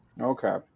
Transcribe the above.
Okay